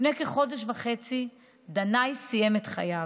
לפני כחודש וחצי דנאי סיים את חייו.